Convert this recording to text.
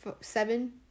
seven